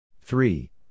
Three